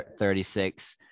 36